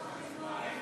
להסיר